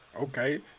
Okay